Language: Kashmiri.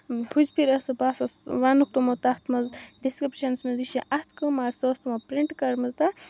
ہُزپھِر ٲسۍ سۄ باسان ونُکھ تمو تتھ مَنٛز ڈِسکرپشَنَس مَنٛز یہِ چھِ اتھ کٲم مگر سۄ ٲس تمو پرنٹ کٔرمٕژ تَتھ